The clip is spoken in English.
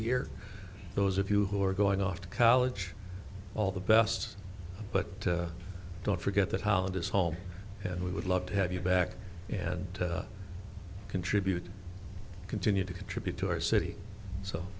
year those of you who are going off to college all the best but don't forget that holland is home and we would love to have you back and contribute continue to contribute to our city so